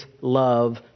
love